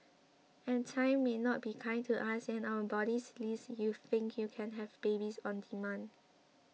and time may not be kind to us and our bodies lest you think you can have babies on demand